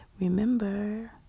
Remember